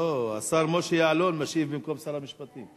לא, השר משה יעלון משיב במקום שר המשפטים.